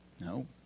No